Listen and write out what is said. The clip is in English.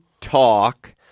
talk